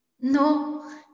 no